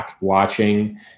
watching